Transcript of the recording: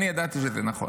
אני ידעתי שזה נכון,